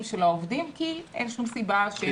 של העובדים כי אין שום סיבה שהם ייפגעו.